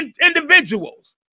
individuals